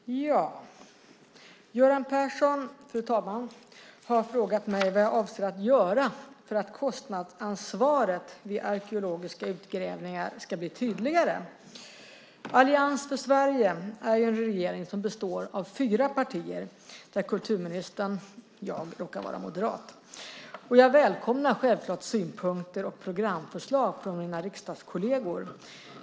Fru talman! Göran Persson i Simrishamn har frågat mig vad jag avser att göra för att kostnadsansvaret vid arkeologiska utgrävningar ska bli tydligare. Allians för Sverige är en regering som består av fyra partier där kulturministern råkar vara moderat. Jag välkomnar självklart synpunkter och programförslag från mina riksdagskolleger.